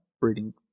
breeding